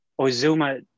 Ozuma